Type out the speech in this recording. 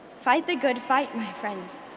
fight the good fight my friends.